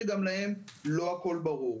שגם להם לא הכל ברור.